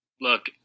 look